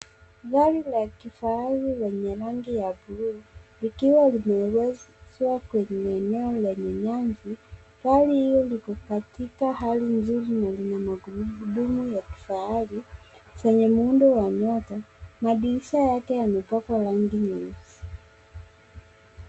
Gari la kifahari lenye rangi ya buluu likiwa limeegeshwa kwenye eneo lenye nyasi. Gari hilo liko katika hali nzuri na lina magurudumu ya kifahari zenye muundo wa nyota. Madirisha yake yamepakwa rangi nyeusi.